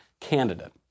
candidate